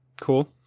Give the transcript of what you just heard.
Cool